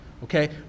okay